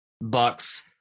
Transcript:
Bucks